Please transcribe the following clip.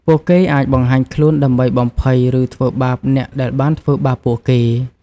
ពួកគេអាចបង្ហាញខ្លួនដើម្បីបំភ័យ ឬធ្វើបាបអ្នកដែលបានធ្វើបាបពួកគេ។